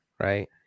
right